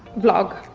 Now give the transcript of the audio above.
vlog.